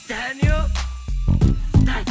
Daniel